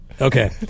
Okay